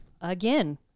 Again